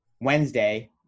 Wednesday